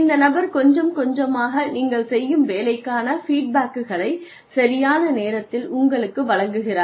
இந்த நபர் கொஞ்சம் கொஞ்சமாக நீங்கள் செய்யும் வேலைக்கான ஃபீட்பேக்குகளை சரியான நேரத்தில் உங்களுக்கு வழங்குகிறார்